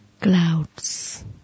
clouds